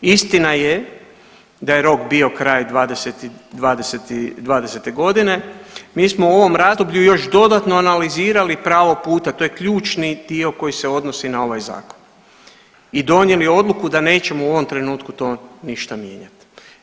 Istina je da je rok bio kraj 2020. g., mi smo u ovom razdoblju još dodatno analizirali pravo puta, to je ključni dio koji se odnosi na ovaj Zakon i donijeli odluku da nećemo u ovom trenutku to ništa mijenjati.